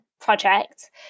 project